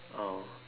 oh